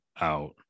out